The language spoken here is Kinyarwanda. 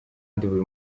buri